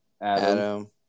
Adam